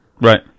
Right